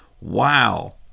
Wow